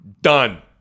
done